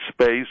space